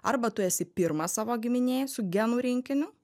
arba tu esi pirmas savo giminėj su genų rinkiniu